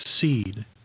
seed